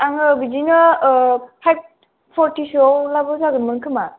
आङो बिदिनो five forty सोयाव लाबो जागौमोन खोमा